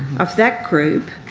of that group,